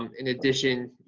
um in addition,